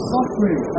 Suffering